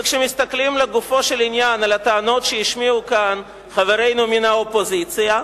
וכשמסתכלים לגופו של עניין על הטענות שהשמיעו כאן חברינו מן האופוזיציה,